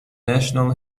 national